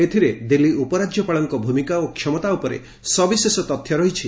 ଏଥିରେ ଦିଲ୍ଲୀ ଉପରାଜ୍ୟପାଳଙ୍କ ଭୂମିକା ଓ କ୍ଷମତା ଉପରେ ସବିଶେଷ ତଥ୍ୟ ରହିଛି